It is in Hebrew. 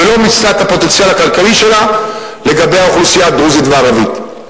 ולא מיצתה את הפוטנציאל הכלכלי שלה לגבי האוכלוסייה הדרוזית והערבית.